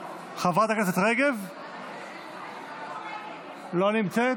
חברת הכנסת רגב לא נמצאת?